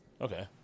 Okay